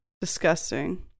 Disgusting